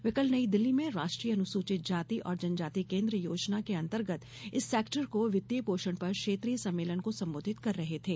वे कल नई दिल्ली में राष्ट्रीय अनुसूचित जाति और जनजाति केन्द्र योजना के अन्तर्गत इस सेक्टर को वित्तीय पोषण पर क्षेत्रीय सम्मेलन को सम्बोधित कर रहे थे